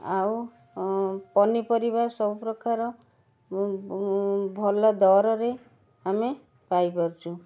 ଆଉ ପନିପରିବା ସବୁ ପ୍ରକାର ଭଲ ଦରରେ ଆମେ ପାଇପାରୁଛୁ